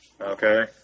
Okay